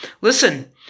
Listen